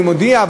אני מודיע,